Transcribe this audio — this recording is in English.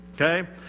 okay